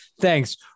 Thanks